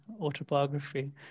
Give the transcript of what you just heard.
autobiography